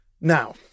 Now